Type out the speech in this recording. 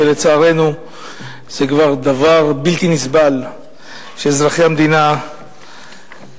שלצערנו זה כבר דבר בלתי נסבל שאזרחי המדינה צריכים